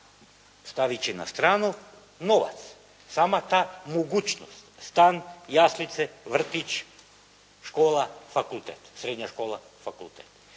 Stavit će na stranu novac. Sama ta mogućnost, stan, jaslice, vrtić, škola, fakultet, srednja škola, fakultet.